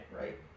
Right